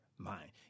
mind